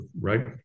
right